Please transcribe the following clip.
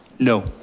no.